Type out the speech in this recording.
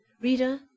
Reader